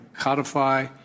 codify